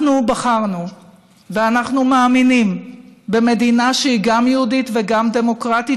אנחנו בחרנו ואנחנו מאמינים במדינה שהיא גם יהודית וגם דמוקרטית,